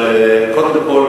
קודם כול,